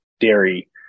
dairy